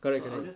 correct correct